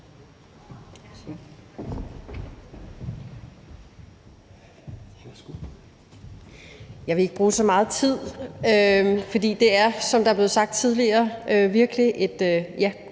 Jeg vil ikke bruge så meget tid, for det her er, som det er blevet sagt tidligere, virkelig et